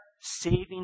saving